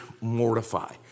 mortify